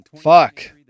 Fuck